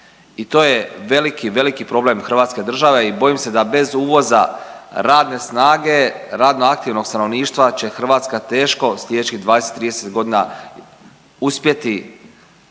I to je veliki, veliki problem Hrvatske države i bojim se da bez uvoza radne snage, radno-aktivnog stanovništva će Hrvatska teško sljedećih 20, 30 godina uspjeti